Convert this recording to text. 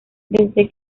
desde